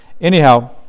Anyhow